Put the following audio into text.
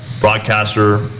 broadcaster